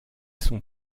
sont